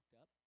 up